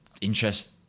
interest